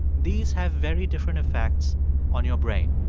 these have very different effects on your brain.